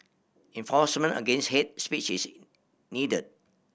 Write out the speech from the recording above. enforcement against hate speech is needed